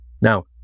Now